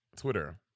Twitter